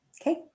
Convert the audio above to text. Okay